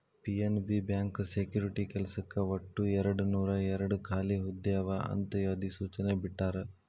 PNB bank security ಕೆಲ್ಸಕ್ಕ ಒಟ್ಟು ಎರಡನೂರಾಯೇರಡ್ ಖಾಲಿ ಹುದ್ದೆ ಅವ ಅಂತ ಅಧಿಸೂಚನೆ ಬಿಟ್ಟಾರ